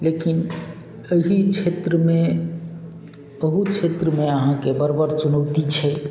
लेकिन एहि क्षेत्रमे ओहू क्षेत्रमे अहाँके बड़ बड़ चुनौती छै